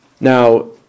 Now